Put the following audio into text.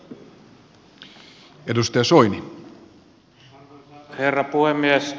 arvoisa herra puhemies